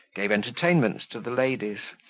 gave entertainments to the ladies,